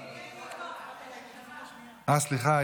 סליחה,